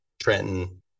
Trenton